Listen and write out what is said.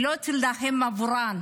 היא לא תילחם עבורן.